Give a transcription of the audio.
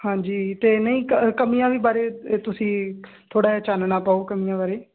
ਹਾਂਜੀ ਤੇ ਨਈਂ ਕ ਕਮੀਆਂ ਵੀ ਬਾਰੇ ਤੁਸੀਂ ਥੋੜ੍ਹਾ ਜਿਆ ਚਾਨਣਾ ਪਾਓ ਕਮੀਆਂ ਬਾਰੇ